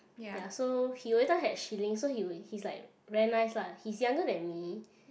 ya so he every time had shillings so he would he's like very nice lah he's younger than me